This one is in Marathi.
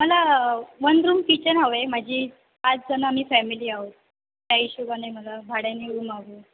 मला वन रूम किचन हवं आहे माझी पाचजण आम्ही फॅमिली आहोत त्या हिशेबाने मला भाड्याने रूम हवी आहे